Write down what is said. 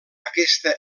aquesta